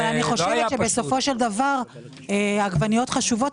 העגבניות חשובות,